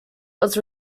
was